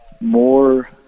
more